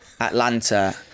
Atlanta